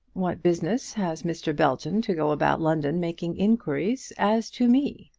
what business has mr. belton to go about london making inquiries as to me?